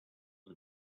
was